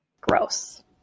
Gross